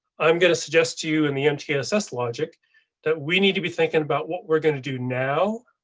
i'm gonna suggest to you in the mtss logic that we need to be thinking about what we're going to do now,